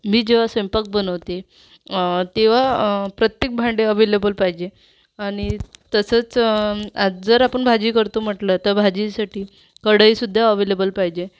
मी जेव्हा स्वयंपाक बनवते तेव्हा प्रत्येक भांडे अव्हेलेबल पाहिजे आणि तसंच आ जर आपण भाजी करतो म्हटलं तर भाजीसाठी कढईसुद्धा अव्हेलेबल पाहिजे